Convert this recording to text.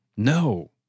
No